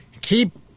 Keep